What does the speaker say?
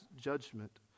judgment